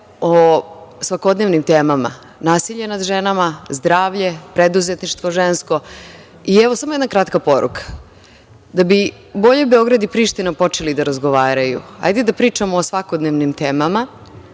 o svakodnevnim temama – nasilje nad ženama, zdravlje, preduzetništvo žensko i evo samo jedna kratka poruka. Da bi bolje Beograd i Priština počeli da razgovaraju hajde da pričamo o svakodnevnim temama.